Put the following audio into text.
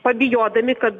pabijodami kad